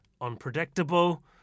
Unpredictable